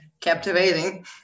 captivating